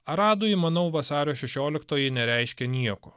aradoj manau vasario šešioliktoji nereiškia nieko